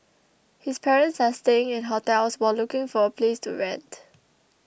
his parents are staying in hotels while looking for a place to rent